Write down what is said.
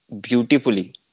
beautifully